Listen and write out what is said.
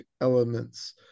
elements